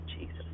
Jesus